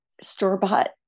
store-bought